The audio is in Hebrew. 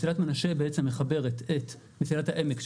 מסילת מנשה מחברת את מסילת העמק,